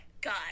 God